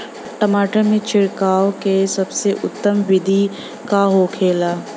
टमाटर में छिड़काव का सबसे उत्तम बिदी का होखेला?